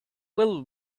will